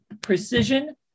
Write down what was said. precision